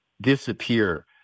disappear